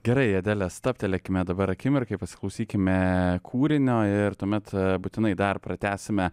gerai adele stabtelėkime dabar akimirkai pasiklausykime kūrinio ir tuomet būtinai dar pratęsime